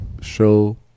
show